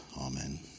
amen